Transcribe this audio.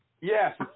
yes